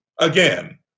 Again